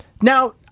Now